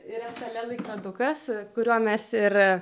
yra šalia laikrodukas kuriuo mes ir